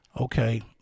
Okay